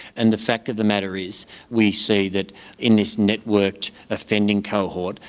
and the fact of the matter is we see that in this networked offending cohort,